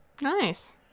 Nice